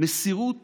מסירות